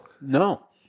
No